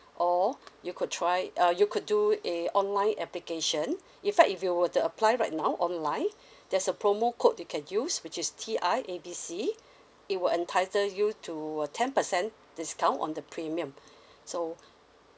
or you could try uh you could do a online application in fact if you were to apply right now online there's a promo code you can use which is T I A B C it will entitle you to a ten percent discount on the premium so